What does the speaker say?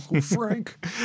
Frank